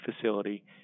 facility